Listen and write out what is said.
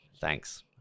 thanks